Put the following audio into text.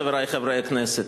חברי חברי הכנסת.